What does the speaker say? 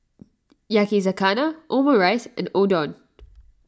Yakizakana Omurice and Udon